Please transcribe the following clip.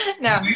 No